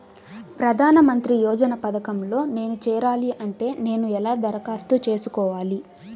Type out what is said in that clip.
ప్రధాన మంత్రి యోజన పథకంలో నేను చేరాలి అంటే నేను ఎలా దరఖాస్తు చేసుకోవాలి?